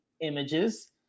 images